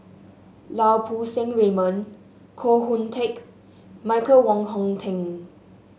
Lau Poo Seng Raymond Koh Hoon Teck Michael Wong Hong Teng